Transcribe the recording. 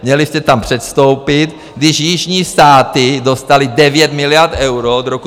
Měli jste tam předstoupit, když jižní státy dostaly 9 miliard eur od roku 2015.